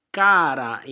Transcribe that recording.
cara